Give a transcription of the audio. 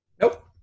Nope